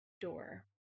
door